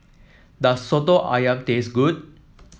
does soto ayam taste good